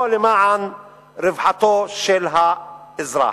או למען רווחתו של האזרח?